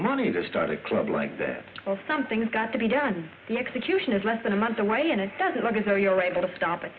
money to start a club like that well something's got to be done the execution is less than a month away and it doesn't because how you're able to stop it